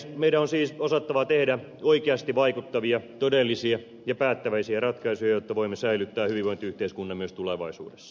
meidän on siis osattava tehdä oikeasti vaikuttavia todellisia ja päättäväisiä ratkaisuja jotta voimme säilyttää hyvinvointiyhteiskunnan myös tulevaisuudessa